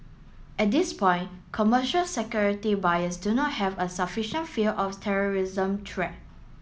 at this point commercial security buyers do not have a sufficient fear of terrorism threat